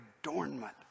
adornment